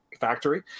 factory